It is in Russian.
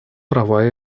права